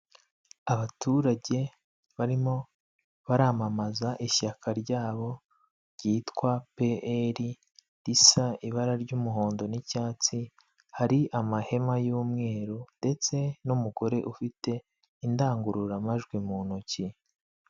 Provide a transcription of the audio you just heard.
Abaturage barimo baramamaza ishyaka ryabo ryitwa PR risa ibara ry'umuhondo n'icyatsi, hari amahema y'umweru ndetse n'umugore ufite indangururamajwi mu ntoki.